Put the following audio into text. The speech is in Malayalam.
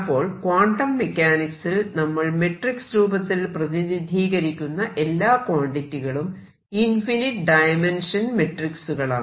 അപ്പോൾ ക്വാണ്ടം മെക്കാനിക്സിൽ നമ്മൾ മെട്രിക്സ് രൂപത്തിൽ പ്രതിനിധീകരിക്കുന്ന എല്ലാ ക്വാണ്ടിറ്റികളും ഇൻഫിനിറ്റ് ഡയമെൻഷൻ മെട്രിക്സുകളാണ്